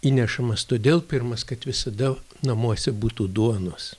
įnešamas todėl pirmas kad visada namuose būtų duonos